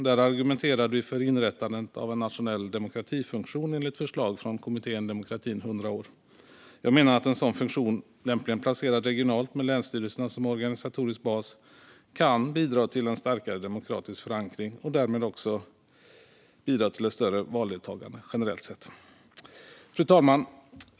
Där argumenterade vi för inrättandet av en nationell demokratifunktion enligt förslag av kommittén Demokratin 100 år. Jag menar att en sådan funktion, lämpligen placerad regionalt med länsstyrelserna som organisatorisk bas, kan bidra till en starkare demokratisk förankring och därmed också till ett större valdeltagande generellt sett. Fru talman!